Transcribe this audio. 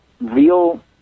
real